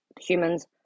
humans